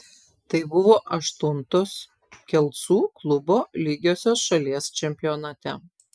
tai buvo aštuntos kelcų klubo lygiosios šalies čempionate